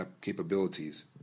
capabilities